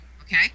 okay